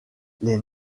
les